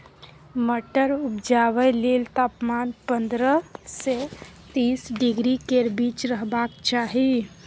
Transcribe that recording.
मटर उपजाबै लेल तापमान पंद्रह सँ तीस डिग्री केर बीच रहबाक चाही